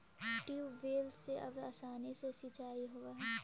tubewell से अब आसानी से सिंचाई होवऽ हइ